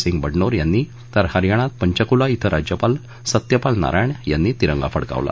सिंग बडनोर यांनी तर हरयाणात पंचकुला क्विं राज्यपाल सत्यपाल नारायण यांनी तिरंगा फडकावला